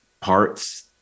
parts